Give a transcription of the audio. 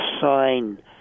sign